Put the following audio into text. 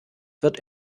wird